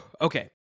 okay